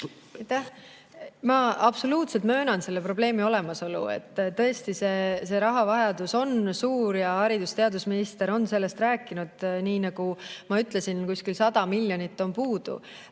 Ma absoluutselt möönan selle probleemi olemasolu. Tõesti, see rahavajadus on suur. Haridus‑ ja teadusminister on sellest rääkinud. Nii nagu ma ütlesin, kuskil 100 miljonit on puudu,